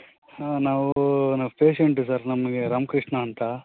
ಹಾಂ ನಾವು ನಾವು ಪೇಷೆಂಟು ಸರ್ ನಮಗೆ ರಾಮ್ ಕೃಷ್ಣ ಅಂತ